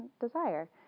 desire